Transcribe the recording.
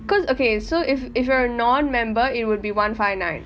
because okay so if if you are a non member it will be one five nine